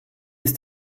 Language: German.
ist